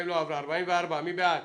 הצבעה בעד,